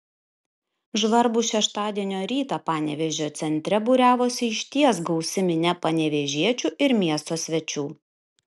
žvarbų šeštadienio rytą panevėžio centre būriavosi išties gausi minia panevėžiečių ir miesto svečių